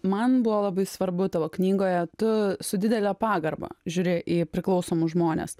man buvo labai svarbu tavo knygoje tu su didele pagarba žiūri į priklausomus žmones